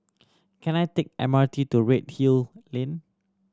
can I take M R T to Redhill Lane